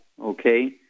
Okay